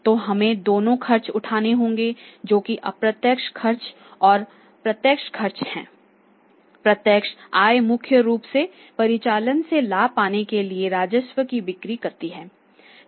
तो हमें दोनों खर्च उठाने होंगे जो कि प्रत्यक्ष खर्च और अप्रत्यक्ष खर्च हैं प्रत्यक्ष आय मुख्य रूप से परिचालन से लाभ पाने के लिए राजस्व की बिक्री करती है